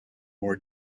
more